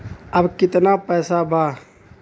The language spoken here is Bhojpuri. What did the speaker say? अब कितना पैसा बा?